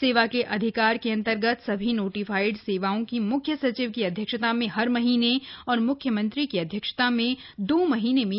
सेवा के अधिकार के अन्तर्गत सभी नोटिफाईड सेवाओं की मुख्य सचिव की अध्यक्षता में हर महीने और म्ख्यमंत्री की अध्यक्षता में दो महीने में